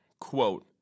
quote